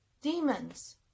demons